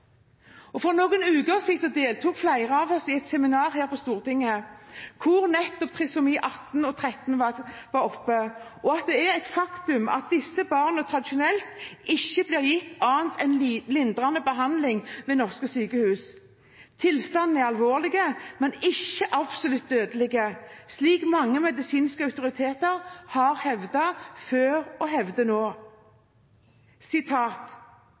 For noen uker siden deltok flere av oss på et seminar her på Stortinget der temaet var nettopp trisomi 13 og 18 og det faktum at disse barna tradisjonelt ikke blir gitt annet enn lindrende behandling ved norske sykehus. Tilstandene er alvorlige, men ikke absolutt dødelige, slik mange medisinske autoriteter har hevdet før – og hevder nå.